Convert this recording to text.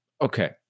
okay